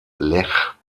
lech